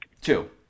Two